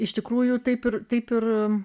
iš tikrųjų taip ir taip ir